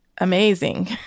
amazing